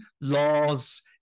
laws